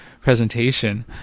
presentation